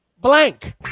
blank